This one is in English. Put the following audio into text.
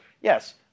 Yes